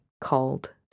called